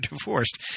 divorced